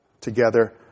together